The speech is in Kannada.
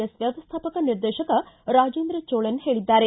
ಎಸ್ ವ್ಯಮ್ಥಾಪಕ ನಿರ್ದೇಶಕ ರಾಜೇಂದ್ರ ಚೋಳನ್ ಹೇಳಿದ್ದಾರೆ